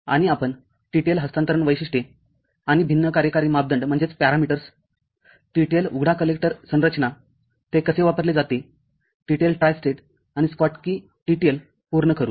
आणि आपण TTL हस्तांतरण वैशिष्ट्ये आणि भिन्न कार्यकारी मापदंड TTL उघडा कलेक्टरसंरचना ते कसे वापरले जाते TTL ट्रिस्टेटआणि स्कॉटकीTTL पूर्ण करू